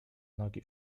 nogi